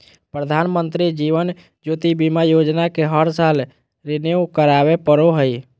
प्रधानमंत्री जीवन ज्योति बीमा योजना के हर साल रिन्यू करावे पड़ो हइ